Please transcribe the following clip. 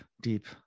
deep